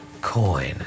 coin